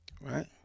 Right